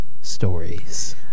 stories